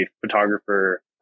photographer